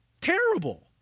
Terrible